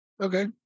Okay